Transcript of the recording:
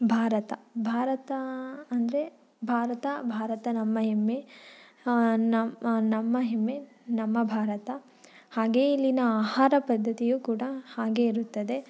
ಭಾರತ ಭಾರತ ಅಂದರೆ ಭಾರತ ಭಾರತ ನಮ್ಮ ಹೆಮ್ಮೆ ನಮ್ಮ ನಮ್ಮ ಹೆಮ್ಮೆ ನಮ್ಮ ಭಾರತ ಹಾಗೇ ಇಲ್ಲಿನ ಆಹಾರ ಪದ್ಧತಿಯೂ ಕೂಡ ಹಾಗೇ ಇರುತ್ತದೆ